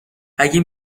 اگه